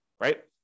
right